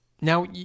now